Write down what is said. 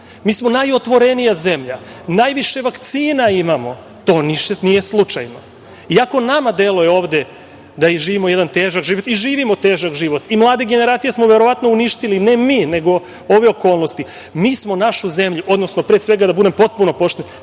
Mi smo najotvorenija zemlja. Najviše vakcina imamo. To nije slučajno, i ako nama deluje ovde da živimo jedan težak život, i živimo jedan težak život, i mlade generacije smo verovatno uništili, ne mi, nego ove okolnosti. Odnosno da budem pre svega potpuno pošten,